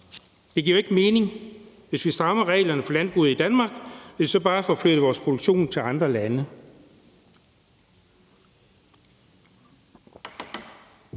Det giver jo ikke mening, at vi strammer reglerne for landbruget i Danmark, hvis vi så bare får flyttet vores produktion til andre lande.